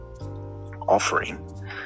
offering